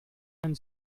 and